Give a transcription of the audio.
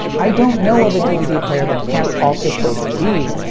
i don't know of a dvd player that can't also play cds,